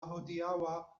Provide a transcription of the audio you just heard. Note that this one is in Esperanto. hodiaŭa